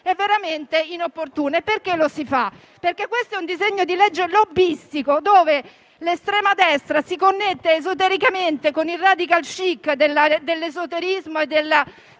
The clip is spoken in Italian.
è veramente inopportuno e lo si fa perché questo è un disegno di legge lobbistico, dove l'estrema destra si connette esotericamente con il *radical chic* dell'esoterismo e della